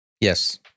Yes